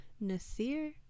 Nasir